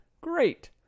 Great